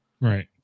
Right